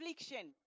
affliction